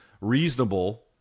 reasonable